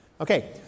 Okay